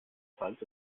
zeigt